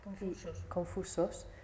confusos